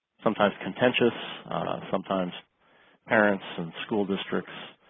sometimes contentious sometimes parents and school districts